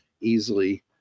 easily